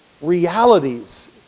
realities